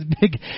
big